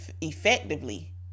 effectively